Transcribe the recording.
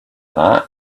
that